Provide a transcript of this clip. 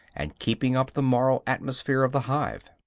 and keeping up the moral atmosphere of the hive.